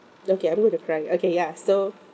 okay I'm going to cry okay ya so